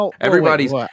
everybody's